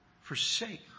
forsake